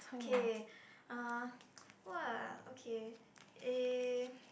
okay uh !wah! okay ee